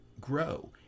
grow